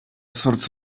sorts